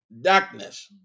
darkness